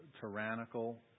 tyrannical